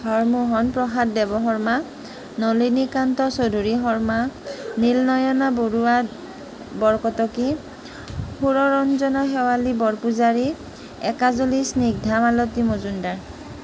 Harmohan Prasad Devasharma Nalinikanta Choudhury Sharma Nilanayana Baruah Barkataki Suranjana Sewali Borpujari Ekanjali Snigdha Malati Majumdar